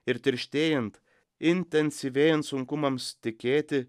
ir tirštėjant intensyvėjant sunkumams tikėti